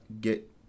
get